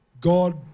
God